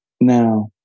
Now